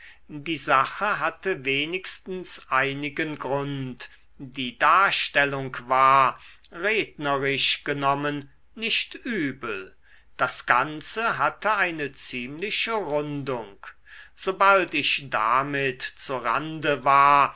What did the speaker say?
die sache hatte wenigstens einigen grund die darstellung war rednerisch genommen nicht übel das ganze hatte eine ziemliche rundung sobald ich damit zu rande war